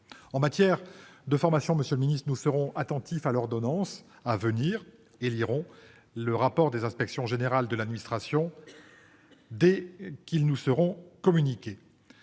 en matière de formation, nous serons attentifs à l'ordonnance à venir et lirons le rapport de l'inspection générale de l'administration et de l'inspection